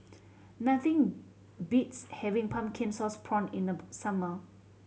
nothing beats having pumpkin sauce prawn in the summer